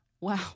Wow